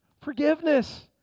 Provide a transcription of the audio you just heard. Forgiveness